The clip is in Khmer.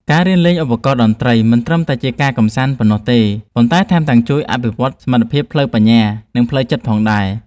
ការរៀនលេងឧបករណ៍តន្ត្រីមិនត្រឹមតែជាការកម្សាន្តប៉ុណ្ណោះទេ ប៉ុន្តែថែមទាំងជួយអភិវឌ្ឍសមត្ថភាពផ្លូវបញ្ញា និងផ្លូវចិត្តផងដែរ។